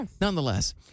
nonetheless